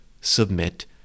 submit